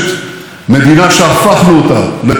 מדינה שמאמינה בצדקת דרכה,